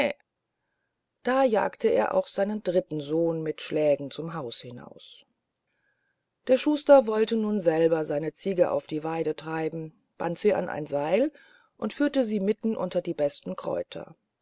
da jagte er auch seinen dritten sohn mit schlägen zum haus hinaus der schuster wollte nun selber seine ziege auf die weide treiben band sie an ein seil und führte sie mitten unter die besten kräuter